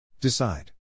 Decide